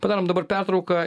padarom dabar pertrauką